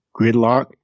Gridlock